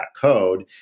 code